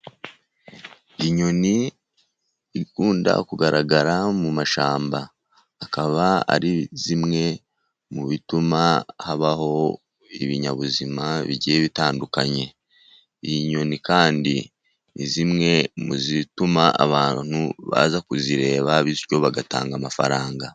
Inyoni ikunda kugaragara mu mashyamba. Ikaba ari zimwe mu bituma habaho ibinyabuzima bigiye bitandukanye. Inyoni kandi ni zimwe mu bituma abantu baza kuzireba, bityo bagatanga amafaranga.